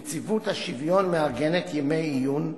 נציבות השוויון מארגנת ימי עיון,